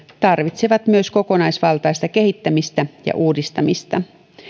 tarvitsevat myös kokonaisvaltaista kehittämistä ja uudistamista